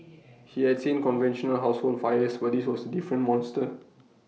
he had seen conventional household fires but this was A different monster